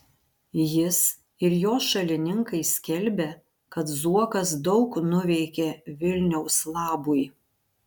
jis ir jo šalininkai skelbia kad zuokas daug nuveikė vilniaus labui